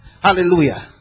Hallelujah